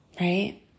right